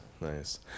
Nice